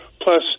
plus